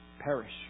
perish